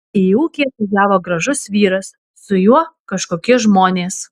į ūkį atvažiavo gražus vyras su juo kažkokie žmonės